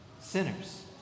Sinners